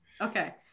Okay